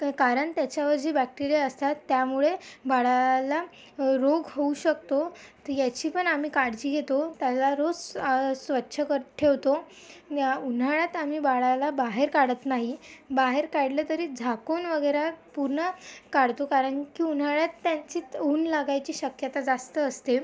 तर कारण त्याच्यावर जे बॅक्टेरिया असतात त्यामुळे बाळाला रोग होऊ शकतो तर याची पण आम्ही काळजी घेतो त्याला रोज स्वच्छ करत ठेवतो या उन्हाळ्यात आम्ही बाळाला बाहेर काढत नाही बाहेर काढलं तरी झाकून वगैरे पूर्ण काढतो कारण की उन्हाळ्यात त्यांची त् ऊन लागायची शक्यता जास्त असते